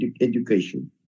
education